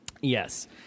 Yes